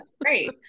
great